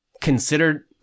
considered